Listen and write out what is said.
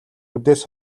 үдээс